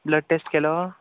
blood test केलो